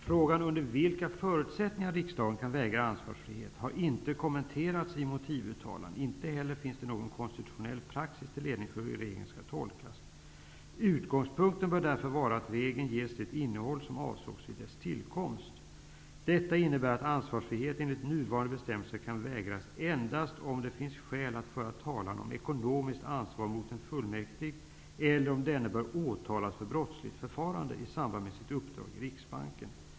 Frågan under vilka förutsättningar riksdagen kan vägra ansvarsfrihet har inte kommenterats i motivuttalanden. Inte heller finns någon konstitutionell praxis till ledning för hur regeln skall tolkas. Utgångspunkten bör därför vara att regeln ges det innehåll som avsågs vid dess tillkomst. Detta innebär att ansvarsfrihet enligt nuvarande bestämmelser kan vägras endast om det finns skäl att föra talan om ekonomiskt ansvar mot en fullmäktig eller om denne bör åtalas för brottsligt förfarande i samband med sitt uppdrag i Riksbanken.